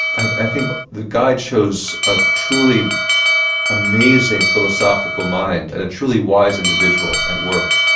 i think the guide shows a truly amazing philosophical mind, and a truly wise individual at work.